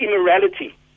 immorality